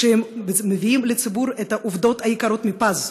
שמביאים לציבור את העובדות היקרות מפז,